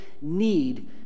need